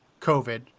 COVID